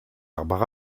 arbres